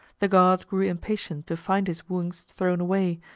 the god grew impatient to find his wooings thrown away,